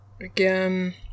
Again